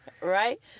right